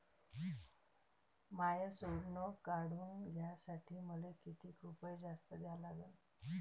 माय सोनं काढून घ्यासाठी मले कितीक रुपये जास्त द्या लागन?